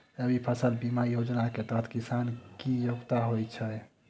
रबी फसल बीमा योजना केँ तहत किसान की योग्यता की होइ छै?